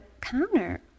counter